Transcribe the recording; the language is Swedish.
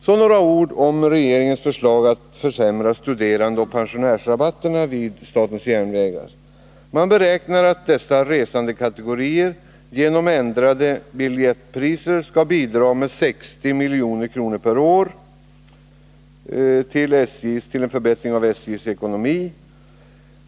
Så några ord om regeringens förslag när det gäller att försämra studerandeoch pensionärsrabatterna vid statens järnvägar. Man beräknar att dessa resandekategorier genom ändrade biljettpriser skall bidraga med 60 milj.kr.år till en förbättring av SJ:s ekonomi.